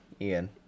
Ian